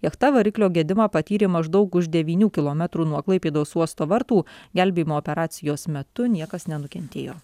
jachta variklio gedimą patyrė maždaug už devynių kilometrų nuo klaipėdos uosto vartų gelbėjimo operacijos metu niekas nenukentėjo